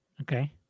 Okay